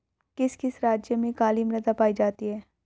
किस किस राज्य में काली मृदा पाई जाती है?